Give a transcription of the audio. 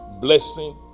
blessing